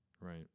right